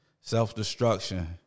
self-destruction